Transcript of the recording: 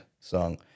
song